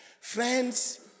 friends